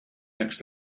next